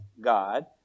God